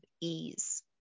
ease